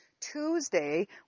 Tuesday